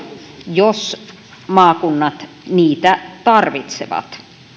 jos maakunnat niitä tarvitsevat